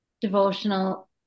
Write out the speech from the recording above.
devotional